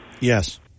Yes